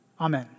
Amen